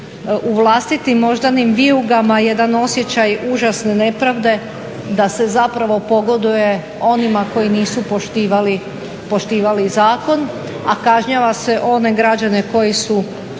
u vlastitim moždanim vijugama jedan osjećaj užasne nepravde da se zapravo pogoduje onima koji nisu poštivali zakon, a kažnjava se one građane koji su